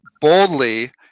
boldly